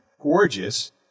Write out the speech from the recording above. gorgeous